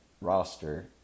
roster